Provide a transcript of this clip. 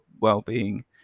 well-being